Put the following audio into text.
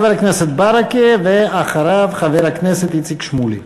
חבר הכנסת ברכה, ואחריו, חבר הכנסת איציק שמולי.